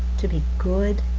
to be good,